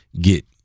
get